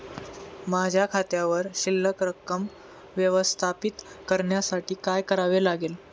माझ्या खात्यावर शिल्लक रक्कम व्यवस्थापित करण्यासाठी काय करावे लागेल?